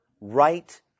Right